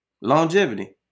longevity